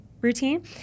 routine